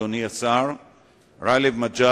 אדוני השר גאלב מג'אדלה,